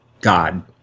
God